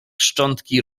szczątki